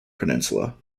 peninsula